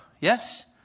Yes